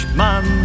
man